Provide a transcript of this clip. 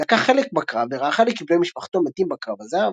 לקח חלק בקרב וראה חלק מבני משפחתו מתים בקרב הזה,